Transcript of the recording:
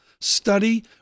study